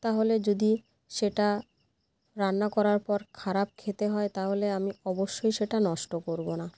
তাহলে যদি সেটা রান্না করার পর খারাপ খেতে হয় তাহলে আমি অবশ্যই সেটা নষ্ট করব না